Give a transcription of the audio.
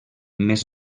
més